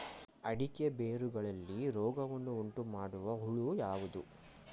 ಅಡಿಕೆಯ ಬೇರುಗಳಲ್ಲಿ ರೋಗವನ್ನು ಉಂಟುಮಾಡುವ ಹುಳು ಯಾವುದು?